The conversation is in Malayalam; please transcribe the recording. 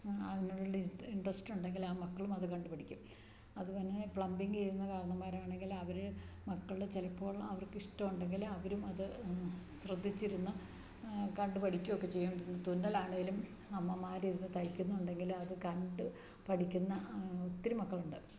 അതിനുള്ള ഇൻട്രസ്റ്റ് ഉണ്ടെങ്കിൽ ആ മക്കളും അത് കണ്ടുപഠിക്കും അതുപോലെ തന്നെ പ്ലംബിങ്ങെയ്യുന്ന കാരണവമാരാണെങ്കില് അവര് മക്കളുടെ ചിലപ്പോൾ അവർക്കിഷ്ടമുണ്ടെങ്കില് അവരും അത് ശ്രദ്ധിച്ചിരുന്ന് കണ്ട് പഠിക്കുകയൊക്കെ ചെയ്യും തുന്നലാണേലും അമ്മമാര് ഇരുന്നു തയ്ക്കുന്നുണ്ടെങ്കില് അതു കണ്ടു പഠിക്കുന്ന ഒത്തിരി മക്കളുണ്ട്